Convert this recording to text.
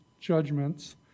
judgments